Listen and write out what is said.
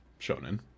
shonen